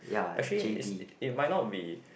actually is it might not be